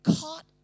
caught